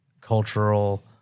cultural